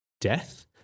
death